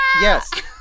Yes